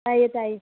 ꯇꯥꯏꯌꯦ ꯇꯥꯏꯌꯦ